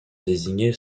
désigner